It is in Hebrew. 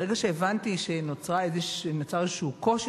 ברגע שהבנתי שנוצר איזשהו קושי,